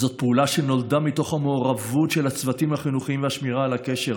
זאת פעולה שנולדה מתוך המעורבות של הצוותים החינוכיים והשמירה על הקשר.